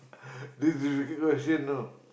this difficuly question you know